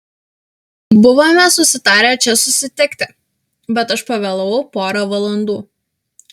buvome susitarę čia susitikti bet aš pavėlavau pora valandų